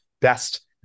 best